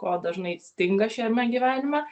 ko dažnai stinga šiame gyvenime